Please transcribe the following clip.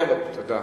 תודה.